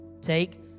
Take